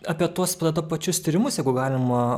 apie tuos vat pačius tyrimus jeigu galima